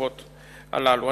החשובות הללו.